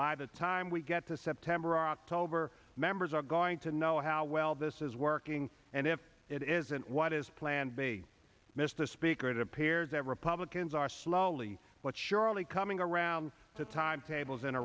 by the time we get to september october members are going to know how well this is working and if it isn't what is plan b mr speaker it appears that republicans are slowly but surely coming around to timetables in